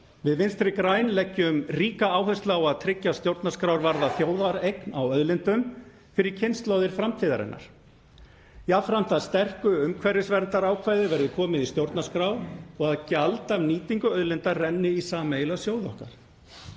Við Vinstri græn leggjum ríka áherslu á að tryggja stjórnarskrárvarða þjóðareign á auðlindum fyrir kynslóðir framtíðarinnar, jafnframt að sterku umhverfisverndarákvæði verði komið í stjórnarskrá og að gjald af nýtingu auðlinda renni í sameiginlega sjóði okkar.